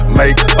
make